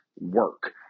work